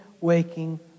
waking